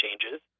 changes